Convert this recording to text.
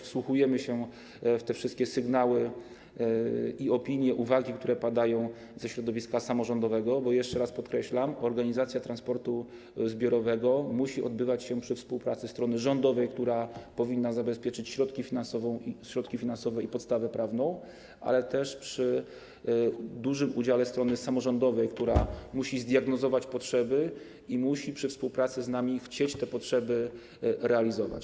Wsłuchujemy się też w te wszystkie sygnały, opinie i uwagi, które padają ze środowiska samorządowego, bo jeszcze raz podkreślam, że organizacja transportu zbiorowego musi odbywać się przy współpracy strony rządowej, która powinna zabezpieczyć środki finansowe i podstawę prawną, ale też przy dużym udziale strony samorządowej, która musi zdiagnozować potrzeby i musi przy współpracy z nami chcieć te potrzeby realizować.